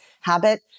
habit